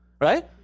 right